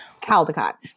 caldecott